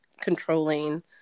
controlling